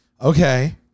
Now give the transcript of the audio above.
Okay